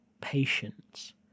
patience